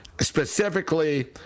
Specifically